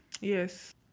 Yes